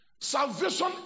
Salvation